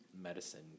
medicine